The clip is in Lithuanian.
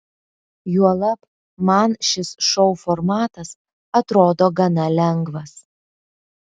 juolab man šis šou formatas atrodo gana lengvas